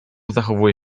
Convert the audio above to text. zachowuje